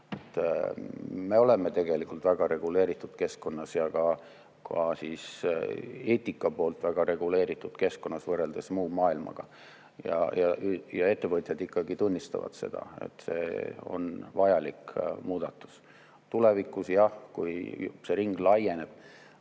Me oleme tegelikult väga reguleeritud keskkonnas ja ka eetika poolt väga reguleeritud keskkonnas võrreldes muu maailmaga. Ja ettevõtjad ikkagi tunnistavad seda, et see on vajalik muudatus. Tulevikus, jah, kui see ring laieneb,